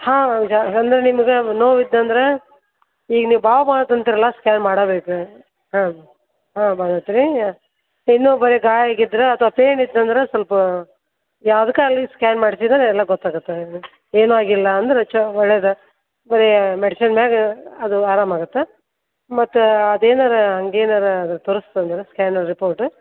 ಹಾಂ ಅಂದರೆ ನಿಮ್ಗೆ ನೋವು ಇದ್ದಂದ್ರೆ ಈಗ ನೀವು ಬಾವು ಬಂದದೆ ಅಂತೀರಲ್ಲ ಸ್ಕ್ಯಾನ್ ಮಾಡಾಬೇಕು ರೀ ಹಾಂ ಹಾಂ ಬಂದದ್ ರೀ ಇನ್ನೂ ಬರೀ ಗಾಯಾಗಿದ್ರೆ ಅಥ್ವಾ ಪೇಯ್ನ್ ಇತ್ತಂದ್ರೆ ಸ್ವಲ್ಪ ಯಾವ್ದಕ್ಕೆ ಆಗಲಿ ಸ್ಕ್ಯಾನ್ ಮಾಡಿಸಿದ್ರೆ ಎಲ್ಲ ಗೊತ್ತಾಗುತ್ತೆ ಏನೂ ಆಗಿಲ್ಲ ಅಂದ್ರೆ ಚೊ ಒಳ್ಳೆಯದೆ ಬರೀ ಮೆಡಿಸಿನ್ ಮ್ಯಾಗ ಅದು ಆರಾಮಾಗುತ್ತೆ ಮತ್ತು ಅದೇನಾದ್ರು ಹಾಗೇನಾದ್ರು ಆದ್ರೆ ತೋರ್ಸ್ತಂದ್ರೆ ಸ್ಕ್ಯಾನಲ್ಲಿ ರಿಪೋರ್ಟ್